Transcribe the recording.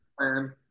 plan